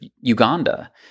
Uganda